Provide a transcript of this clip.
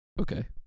okay